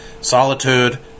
solitude